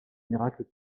miracles